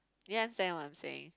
you understand what I'm saying